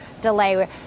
delay